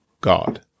God